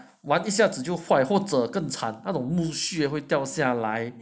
玩一下子就坏或者更惨那种木薯会掉下来